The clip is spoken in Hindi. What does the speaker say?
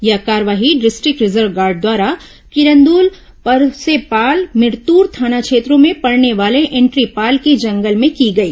यह कार्रवाई डिस्ट्रिक्ट रिजर्व गार्ड द्वारा किरंदुल फरसेपाल भिरतुर थाना क्षेत्रों में पड़ने वाले इंड्रीपाल के जंगल में की गई